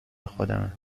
خودمه